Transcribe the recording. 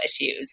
issues